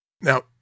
Now